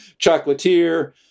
chocolatier